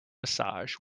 massage